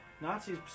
Nazis